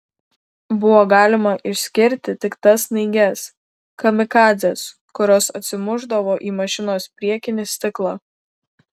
buvo galima išskirti tik tas snaiges kamikadzes kurios atsimušdavo į mašinos priekinį stiklą